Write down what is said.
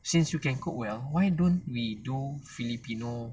since you can cook well why don't we do filipino